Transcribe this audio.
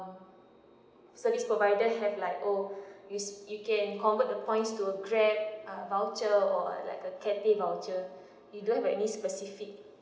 service provider have like oh use you can convert the points to a grab uh voucher or like catty voucher you don't have uh any specific